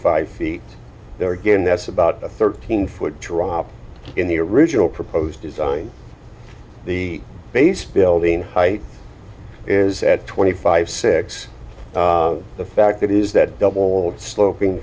five feet there again that's about a thirteen foot drop in the original proposed design the base building height is at twenty five six the fact is that double sloping